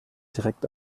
direkt